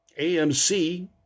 AMC